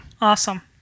Awesome